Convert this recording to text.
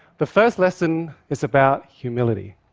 the first lesson is about humility.